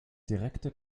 direkte